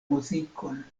muzikon